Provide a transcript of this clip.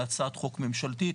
בהצעת חוק ממשלתית,